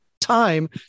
time